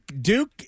Duke